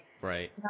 Right